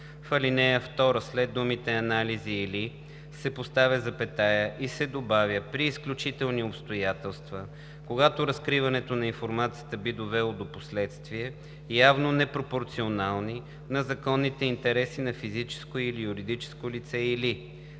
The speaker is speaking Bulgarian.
В ал. 2 след думите „анализи или“ се поставя запетая и се добавя „при изключителни обстоятелства, когато разкриването на информацията би довело до последствия, явно непропорционални на законните интереси на физическо или юридическо лице, или“.